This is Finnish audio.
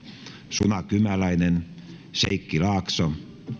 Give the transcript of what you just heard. suna kymäläinen sheikki laakso